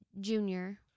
Junior